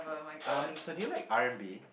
um so do you like R-and-B